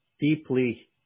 Deeply